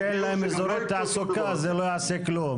ברשויות שאין להן אזורי תעסוקה זה לא יעשה כלום,